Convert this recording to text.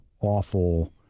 awful